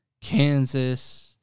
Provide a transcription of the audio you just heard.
Kansas